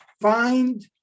find